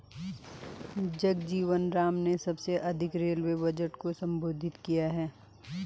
जगजीवन राम ने सबसे अधिक रेलवे बजट को संबोधित किया है